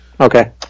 Okay